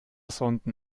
sonden